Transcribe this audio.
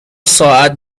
ساعت